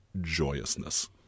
joyousness